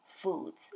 foods